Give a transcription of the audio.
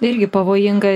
irgi pavojinga